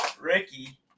Ricky